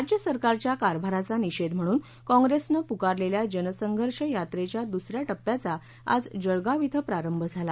राज्यसरकारच्या कारभारचा निषध म्हणून काँप्रेसने पूकारलेल्या जनसंघर्ष यात्राच्या दूस या टप्प्याचा आज जळगाव ि प्रारभ झाला